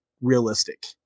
realistic